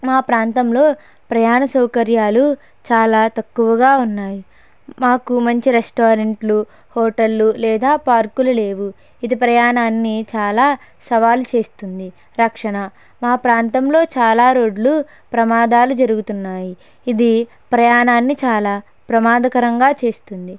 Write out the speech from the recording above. మా ప్రాంతంలో ప్రయాణ సౌకర్యాలు చాలా తక్కువగా ఉన్నాయి మాకు మంచి రెస్టారెంట్లు హోటళ్ళు లేదా పార్కులు లేవు ఇది ప్రయాణాన్ని చాలా సవాలు చేస్తుంది రక్షణ మా ప్రాంతంలో చాలా రోడ్లు ప్రమాదాలు జరుగుతున్నాయి ఇది ప్రయాణాన్ని చాలా ప్రమాదకరంగా చేస్తుంది